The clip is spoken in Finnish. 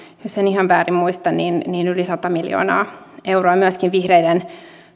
jos en ihan väärin muista niin niin yli sata miljoonaa euroa myöskin vihreiden